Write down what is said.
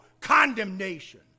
condemnation